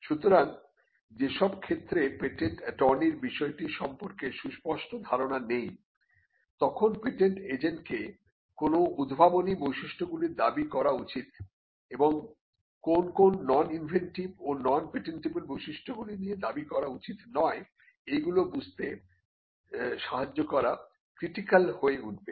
সুতরাং যেসব ক্ষেত্রে পেটেন্ট অ্যাটর্নির বিষয়টি সম্পর্কে সুস্পষ্ট ধারণা নেই তখন পেটেন্ট এজেন্ট কে কোন উদ্ভাবনী বৈশিষ্ট্যগুলির দাবি করা উচিৎ এবং কোন কোন নন ইনভেন্টিভ ও নন পেটেন্টবল বৈশিষ্ট্যগুলি নিয়ে দাবি করা উচিত নয় এগুলি বুঝতে সাহায্য করা ক্রিটিক্যাল হয়ে উঠবে